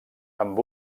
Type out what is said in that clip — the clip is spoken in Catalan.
amb